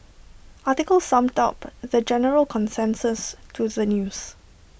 article summed up the general consensus to the news